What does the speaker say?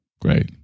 great